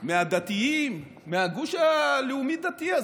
מהדתיים, מהגוש הלאומי-דתי הזה.